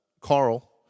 Carl